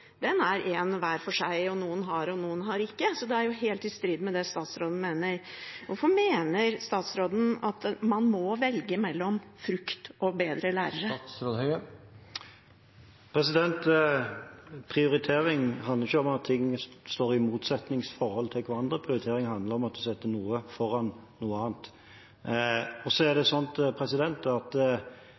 Det er helt i strid med det statsråden mener. Hvorfor mener statsråden at man må velge mellom frukt og bedre lærere? Prioritering handler ikke om at ting står i motsetningsforhold til hverandre, prioritering handler om å sette noe foran noe annet. Så er det slik at jeg lar meg ikke på noen som helst måte belære verken om folkehelsepolitikk eller om sosiale ulikheter av et parti som står på tobakksindustriens side når det gjelder kampen mot at